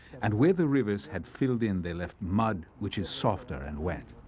and where the rivers had filled in, they left mud, which is softer and wet.